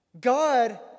God